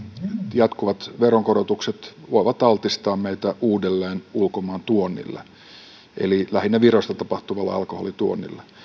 jatkuvat veronkorotukset voivat altistaa meitä uudelleen ulkomaantuonnille lähinnä virosta tapahtuvalle alkoholin tuonnille